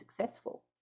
successful